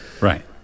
right